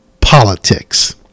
politics